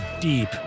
deep